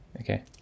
Okay